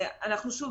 שוב,